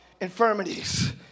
infirmities